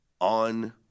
on